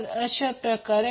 36o milliampere असेल